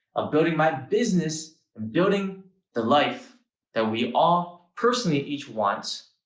ah building my business and building the life that we all personally each want.